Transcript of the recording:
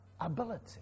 ability